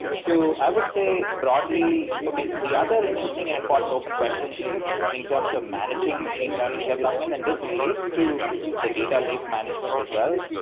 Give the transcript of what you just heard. so i would say, broadly okay. so the other interesting and important open question is in terms of managing machine development, and this relates to the data lake management as well.